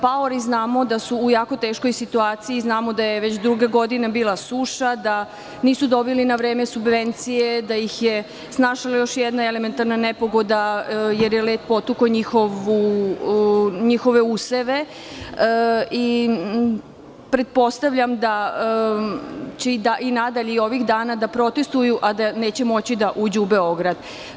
Paori znamo da su u jako teškoj situaciji, znamo da je već druga godina bila suša, da nisu dobili na vreme subvencije, da ih je snašla još jedna elementarna nepogoda jer je led potukao njihove useve i pretpostavljam da će nadalje i ovih dana da protestuju, a da neće moći da uđu u Beograd.